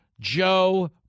Joe